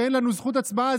שאין לנו זכות הצבעה,